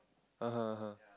(uh huh) (uh huh)